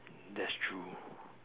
that's true